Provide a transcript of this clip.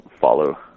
follow